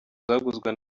zaguzwe